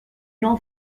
nou